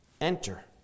Enter